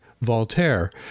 Voltaire